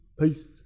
Peace